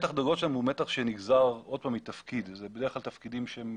מתח הדרגות שלהם הוא מתח שנגזר מתפקיד וזה בדרך כלל תפקידים שהם